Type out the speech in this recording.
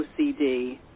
OCD